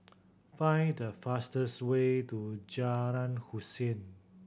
find the fastest way to Jalan Hussein